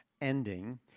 ending